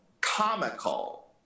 comical